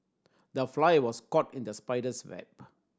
the fly was caught in the spider's web